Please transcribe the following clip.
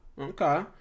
Okay